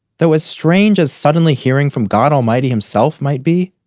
though as strange as suddenly hearing from god almighty himself might be,